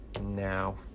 now